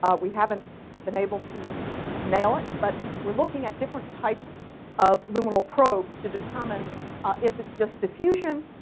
ah we haven't been able to nail it but we're looking at different types of luminal probes to determine if it's just diffusion,